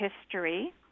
history